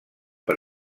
per